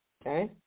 Okay